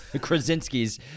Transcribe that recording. Krasinski's